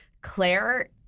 Claire